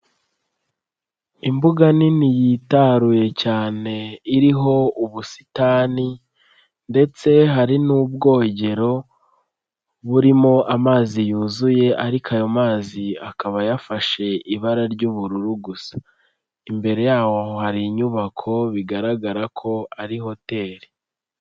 Imbuga nini yitaruye cyane iriho ubusitani ndetse hari n'ubwogero, burimo amazi yuzuye ariko ayo mazi akaba yafashe ibara ry'ubururu gusa. Imbere yaho hari inyubako bigaragara ko ari hoteri.